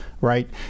right